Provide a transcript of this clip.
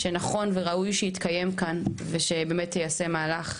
שראוי ונכון שיתקיים כאן ושבאמת ייעשה מהלך.